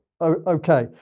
Okay